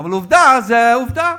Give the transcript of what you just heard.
אבל עובדה זה עובדה.